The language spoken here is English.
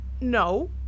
No